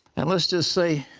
and let's just say,